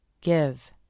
Give